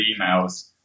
emails